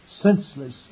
senseless